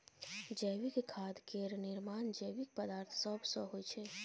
जैविक खाद केर निर्माण जैविक पदार्थ सब सँ होइ छै